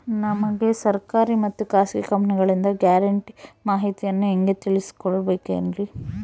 ನಮಗೆ ಸರ್ಕಾರಿ ಮತ್ತು ಖಾಸಗಿ ಕಂಪನಿಗಳಿಂದ ಗ್ಯಾರಂಟಿ ಮಾಹಿತಿಯನ್ನು ಹೆಂಗೆ ತಿಳಿದುಕೊಳ್ಳಬೇಕ್ರಿ?